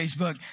Facebook